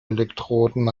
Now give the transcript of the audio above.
elektroden